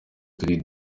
twari